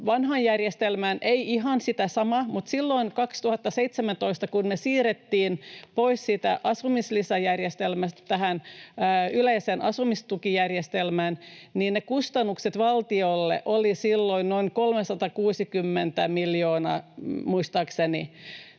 vanhaan järjestelmään, ei ihan siihen samaan, mutta silloin 2017, kun me siirryttiin pois siitä asumislisäjärjestelmästä tähän yleiseen asumistukijärjestelmään, ne kustannukset valtiolle olivat noin 360 miljoonaa, muistaakseni.